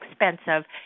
expensive